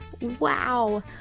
Wow